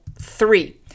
three